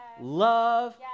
love